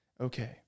Okay